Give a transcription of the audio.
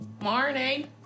Morning